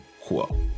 quo